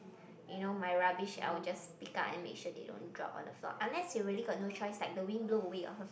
you know my rubbish I will just pick up and make sure they don't drop on the floor unless you really got no choice like the wind blow away or